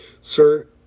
Sir